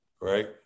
Right